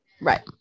right